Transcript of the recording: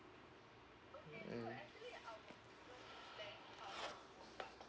mm mm